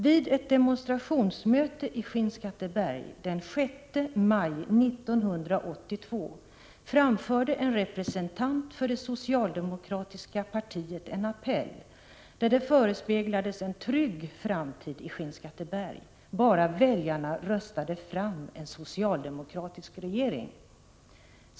Vid ett demonstrationsmöte i Skinnskatteberg den 6 maj 1982 framförde en representant för det socialdemokratiska partiet en appell där invånarna förespeglades en trygg framtid i Skinnskatteberg, bara väljarna röstade fram en socialdemokratisk regering.